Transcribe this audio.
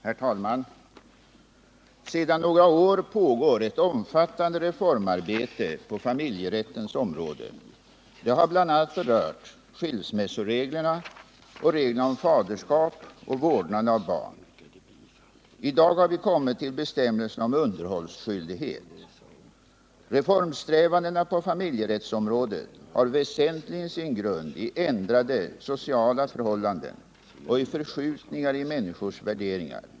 Herr talman! Sedan några år pågår ett omfattande reformarbete på familjerättens område. Det har bl.a. berört skilsmässoreglerna och reglerna om faderskap och vårdnaden av barn. I dag har vi kommit till bestämmelserna om underhållsskyldighet. Reformsträvandena på familjerättsområdet har väsentligen sin grund i ändrade sociala förhållanden och i förskjutningar i människors värderingar.